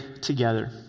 together